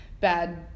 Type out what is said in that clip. bad